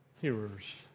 hearers